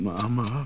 Mama